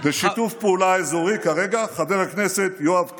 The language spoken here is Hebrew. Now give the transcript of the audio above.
ושיתוף פעולה אזורי, כרגע, חבר הכנסת יואב קיש,